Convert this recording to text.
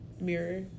Mirror